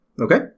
Okay